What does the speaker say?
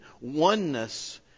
oneness